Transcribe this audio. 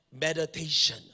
meditation